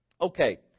Okay